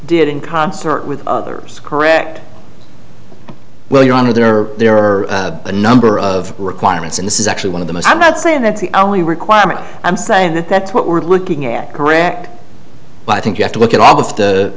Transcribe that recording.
did in concert with others correct well your honor there are there are a number of requirements and this is actually one of the most i'm not saying that's the only requirement i'm saying that that's what we're looking at correct but i think you have to look at all of the